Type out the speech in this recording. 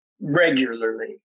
regularly